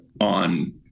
on